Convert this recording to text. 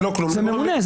זה ממונה,